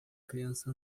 criança